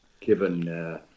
given